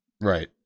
Right